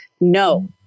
No